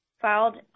filed